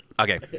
Okay